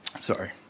Sorry